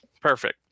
perfect